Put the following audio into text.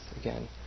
again